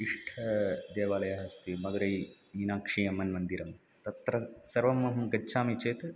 इष्टदेवालयः अस्ति मदुरै मीनाक्षिः अम्मन् मन्दिरं तत्र सर्वम् अहं गच्छामि चेत्